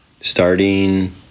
Starting